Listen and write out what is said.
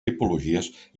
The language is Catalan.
tipologies